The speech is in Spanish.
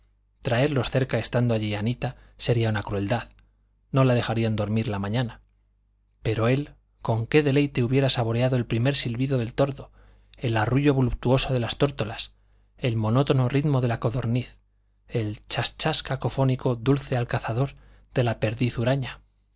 traerlos cerca estando allí anita sería una crueldad no la dejarían dormir la mañana pero él con qué deleite hubiera saboreado el primer silbido del tordo el arrullo voluptuoso de las tórtolas el monótono ritmo de la codorniz el chas chas cacofónico dulce al cazador de la perdiz huraña